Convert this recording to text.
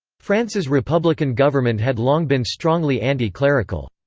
france's republican government had long been strongly anti-clerical.